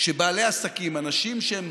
שבעלי עסקים, אנשים שהם